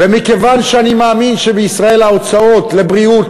ומכיוון שאני מאמין שבישראל ההוצאות לבריאות,